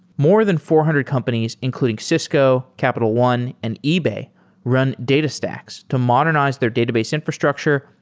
more than four hundred companies including cisco, capital one, and ebay run datastax to modernize their database infrastructure,